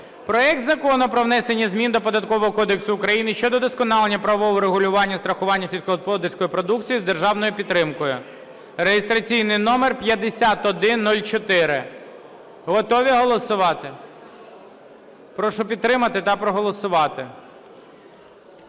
проект Закону про внесення змін до Податкового кодексу України щодо вдосконалення правового регулювання страхування сільськогосподарської продукції з державною підтримкою (реєстраційний номер 5104). Готові голосувати? Прошу підтримати та проголосувати.